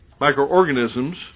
microorganisms